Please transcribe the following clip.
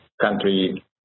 country